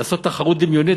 לעשות תחרות דמיונית?